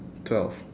twelve